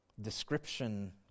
description